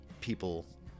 people